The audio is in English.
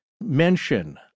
mention